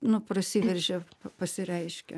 nu prasiveržia pasireiškia